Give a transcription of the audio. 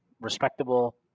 respectable